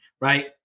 right